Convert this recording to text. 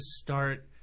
start